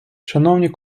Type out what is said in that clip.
шановні